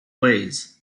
ways